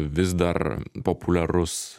vis dar populiarus